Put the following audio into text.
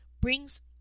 brings